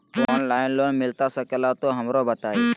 Online loan मिलता सके ला तो हमरो बताई?